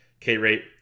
K-rate